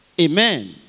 Amen